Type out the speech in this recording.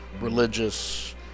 religious